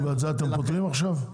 ואת זה אתם פותרים עכשיו?